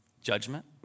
Judgment